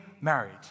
married